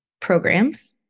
programs